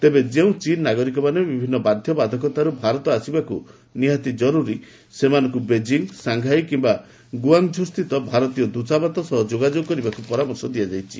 ତେବେ ଯେଉଁ ଚୀନ୍ ନାଗରିକମାନେ ବିଭିନ୍ନ ବାଧ୍ୟବାଧକତାରୁ ଭାରତ ଆସିବାକୁ ନିହାତି ଜରୁରି ସେମାନଙ୍କୁ ବେଙ୍କିଂ ସାଂଘାଇ କିମ୍ବା ଗୁଆଙ୍ଗଝୁ ସ୍ଥିତ ଭାରତୀୟ ଦୂତାବାସ ସହ ଯୋଗାଯୋଗ କରିବାକୁ ପରାମର୍ଶ ଦିଆଯାଇଛି